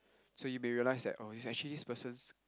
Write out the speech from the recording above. so you may realise that oh that is actually this person's